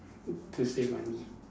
good to save money